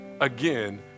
again